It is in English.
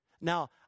Now